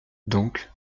donc